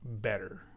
better